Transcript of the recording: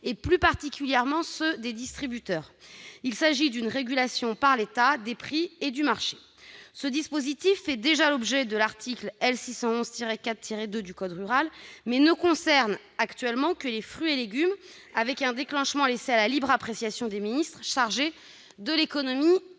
plus particulièrement ceux des distributeurs, sur l'ensemble de la filière. Il s'agit d'une régulation par l'État des prix et du marché. Ce dispositif est déjà l'objet de l'article L. 611-4-2 du code rural et de la pêche maritime, mais il ne concerne actuellement que les fruits et légumes, avec un déclenchement laissé à la libre appréciation des ministres chargés de l'économie